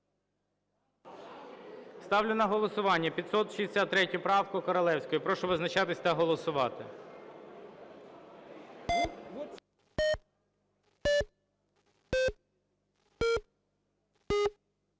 Ставлю на голосування 563 правку Королевської. Прошу визначатися та голосувати.